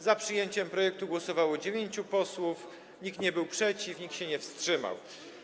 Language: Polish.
Za przyjęciem projektu głosowało dziewięciu posłów, nikt nie był przeciw, nikt się nie wstrzymał.